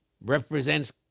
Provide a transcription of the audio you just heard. represents